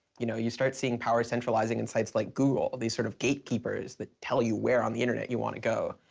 you know you started seeing power centralizing in sites like google, these sort of gate keepers that tell you where on the internet where you want to go.